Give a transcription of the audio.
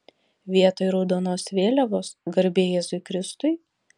vietoj raudonos vėliavos garbė jėzui kristui